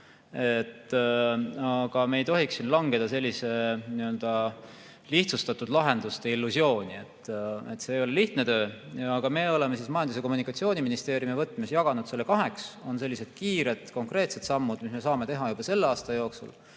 aga me ei tohiks siin langeda nii-öelda lihtsustatud lahenduste illusiooni. See ei ole lihtne töö.Me oleme Majandus‑ ja Kommunikatsiooniministeeriumi vaates jaganud selle kaheks. On sellised kiired, konkreetsed sammud, mida me saame teha juba selle aasta jooksul